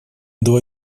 два